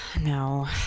No